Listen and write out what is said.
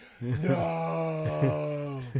No